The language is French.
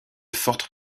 fortes